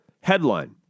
Headline